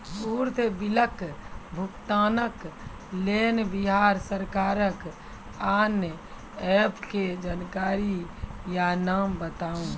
उक्त बिलक भुगतानक लेल बिहार सरकारक आअन्य एप के जानकारी या नाम बताऊ?